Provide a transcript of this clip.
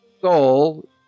Soul